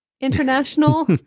international